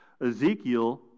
Ezekiel